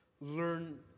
learn